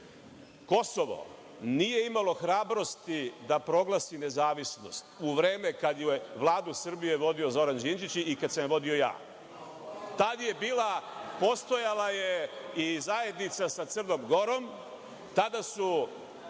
Kosovo nije imalo hrabrosti da proglasi nezavisnost u vreme kada je Vladu Srbije vodio Zoran Đinđić, i kada sam je vodio ja. Tada je postojala i zajednica sa Crnom Gorom, tada je